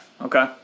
okay